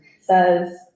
says